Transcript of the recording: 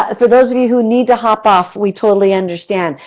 ah for those of you who need to hop off, we totally understand.